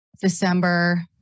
December